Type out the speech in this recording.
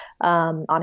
on